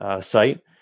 site